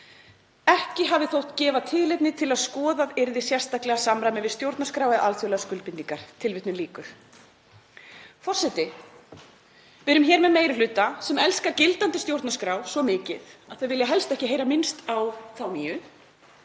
„Ekki hafi þótt gefa tilefni til að skoðað yrði sérstaklega að samræmi við stjórnarskrá eða alþjóðlegar skuldbindingar.“ Forseti. Við erum með meiri hluta sem elskar gildandi stjórnarskrá svo mikið að þau vilja helst ekki heyra minnst á þá nýju.